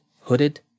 Hooded